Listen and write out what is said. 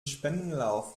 spendenlauf